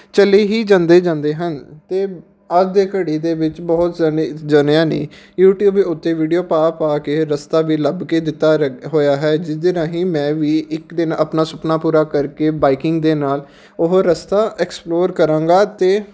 ਚਲੀ ਹੀ ਜਾਂਦੇ ਜਾਂਦੇ ਹਨ ਅਤੇ ਅੱਜ ਦੇ ਘੜੀ ਦੇ ਵਿੱਚ ਬਹੁਤ ਜਨੇ ਜਨਿਆ ਨੇ ਯੂਟੀਊਬ ਦੇ ਉੱਤੇ ਵੀਡੀਓ ਪਾ ਪਾ ਕੇ ਰਸਤਾ ਵੀ ਲੱਭ ਕੇ ਦਿੱਤਾ ਰੇ ਹੋਇਆ ਹੈ ਜਿਸ ਦੇ ਰਾਹੀਂ ਮੈਂ ਵੀ ਇੱਕ ਦਿਨ ਆਪਣਾ ਸੁਪਨਾ ਪੂਰਾ ਕਰ ਕੇ ਬਾਈਕਿੰਗ ਦੇ ਨਾਲ ਉਹ ਰਸਤਾ ਐਕਸਪਲੋਰ ਕਰਾਂਗਾ ਅਤੇ